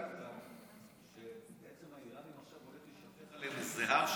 יש עוד נקודה שלא פיתחת: הולך להישפך עכשיו על האיראנים הר של כסף.